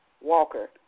Walker